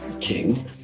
king